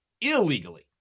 illegally